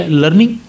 learning